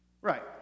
Right